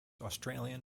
australian